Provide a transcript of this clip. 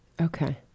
okay